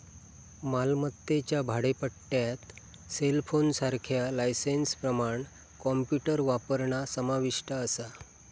मालमत्तेच्या भाडेपट्ट्यात सेलफोनसारख्या लायसेंसप्रमाण कॉम्प्युटर वापरणा समाविष्ट असा